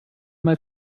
mal